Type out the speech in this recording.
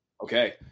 Okay